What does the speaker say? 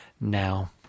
now